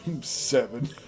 seven